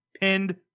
pinned